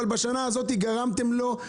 אבל בשנה הזאת גרמתם לו,